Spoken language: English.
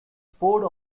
poured